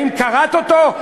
האם קראת אותו,